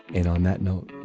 and on that note,